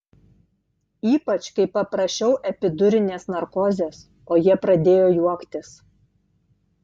ypač kai paprašiau epidurinės narkozės o jie pradėjo juoktis